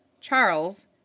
Charles